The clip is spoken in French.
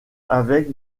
avec